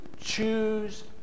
choose